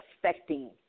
affecting